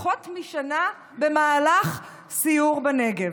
לפני פחות משנה במהלך סיור בנגב.